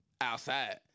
outside